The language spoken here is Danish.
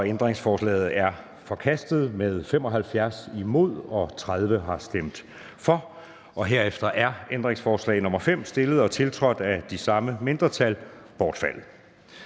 Ændringsforslaget er forkastet. Herefter er ændringsforslag nr. 5, stillet og tiltrådt af de samme mindretal, bortfaldet.